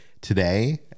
today